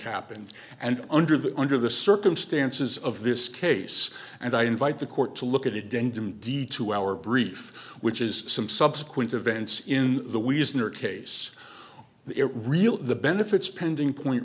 happened and under that under the circumstances of this case and i invite the court to look at it didn't indeed to our brief which is some subsequent events in the we used in our case it real the benefits pending point